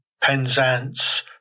Penzance